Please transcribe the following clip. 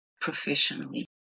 professionally